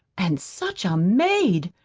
and such a maid!